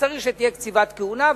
צריך שתהיה קציבת כהונה,